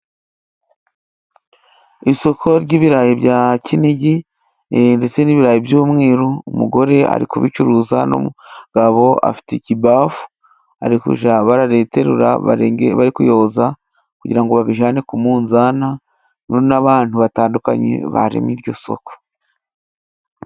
Isoko ry'ibirayi bya kinigi ndetse n'ibirayi by'umweru. Umugore ari kubicuruza n'umugabo afite ikibafu ari kujya barariterura barenge bari kuyoza kugira ngo babijyane ku munzani n'abantu batandukanye baremye iryo soko.